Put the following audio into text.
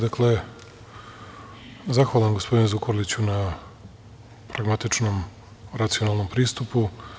Dakle, zahvalan, gospodine Zukorliću na pragmatičnom nacionalnom pristupu.